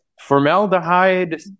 formaldehyde